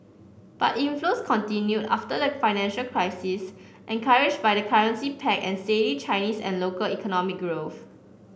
but inflows continued after like financial crisis encouraged by the currency peg and steady Chinese and local economic growth